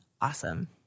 awesome